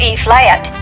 E-flat